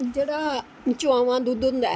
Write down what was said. जेह्ड़ा चुआमां दुद्ध होंदा ऐ